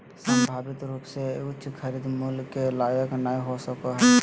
संभावित रूप से उच्च खरीद मूल्य के लायक नय हो सको हइ